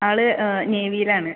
ആള് നേവിയിലാണ്